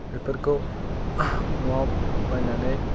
बेफोरखौ न'आव बायनानै